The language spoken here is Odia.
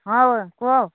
ହଁ କୁହ